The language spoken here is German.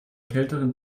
kälteren